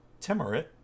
Timurit